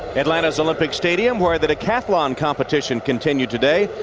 atlanta's olympic stadium where the decathlon competition continued today.